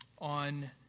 on